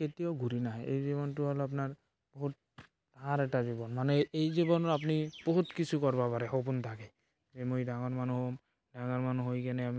কেতিয়াও ঘুৰি নাহে এই জীৱনটো হ'ল আপনাৰ বহুত ভাল এটা জীৱন মানে এই জীৱনত আপনি বহুত কিছু কৰিব পাৰে সপোন থাকে যে মই ডাঙৰ মানুহ হম ডাঙৰ মানুহ হৈকেনে